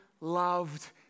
loved